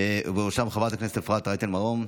ובראשם חברת הכנסת אפרת רייטן מרום.